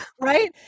right